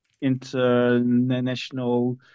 international